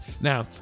Now